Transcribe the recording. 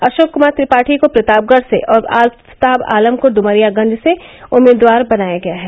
अशोक कमार त्रिपाठी को प्रतापगढ से और आफताब आलम को इमरियागंज से उम्मीदवार बनाया है